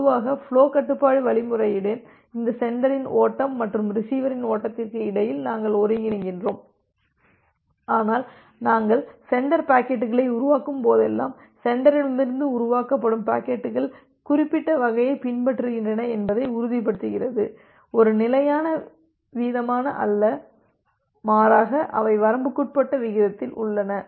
பொதுவாக ஃபுலோ கட்டுப்பாட்டு வழிமுறையுடன் இந்த சென்டரின் ஓட்டம் மற்றும் ரிசீவர் ஓட்டத்திற்கு இடையில் நாங்கள் ஒருங்கிணைக்கிறோம் ஆனால் நாங்கள் சென்டர் பாக்கெட்டுகளை உருவாக்கும் போதெல்லாம் சென்டரிடமிருந்து உருவாக்கப்படும் பாக்கெட்டுகள் குறிப்பிட்ட வகையைப் பின்பற்றுகின்றன என்பதை உறுதிப்படுத்துகிறது ஒரு நிலையான வீதமாக அல்ல மாறாக அவை வரம்புக்குட்பட்ட விகிதத்தில் உள்ளன